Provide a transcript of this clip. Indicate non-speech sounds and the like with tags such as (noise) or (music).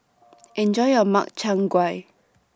(noise) Enjoy your Makchang Gui